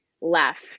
left